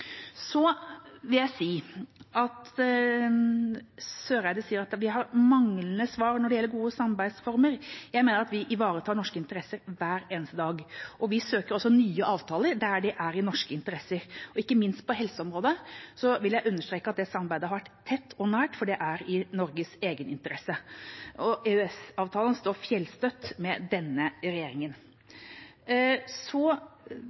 Så vil jeg si at Søreide sier vi har manglende svar når det gjelder gode samarbeidsformer. Jeg mener vi ivaretar norske interesser hver eneste dag, og vi søker også nye avtaler der det er i norsk interesse. Ikke minst på helseområdet vil jeg understreke at samarbeidet har vært tett og nært, for det er i Norges egeninteresse. EØS-avtalen står fjellstøtt med denne